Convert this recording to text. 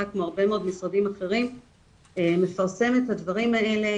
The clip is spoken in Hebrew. כמו הרבה מאוד משרדים אחרים מפרסם את הדברים האלה,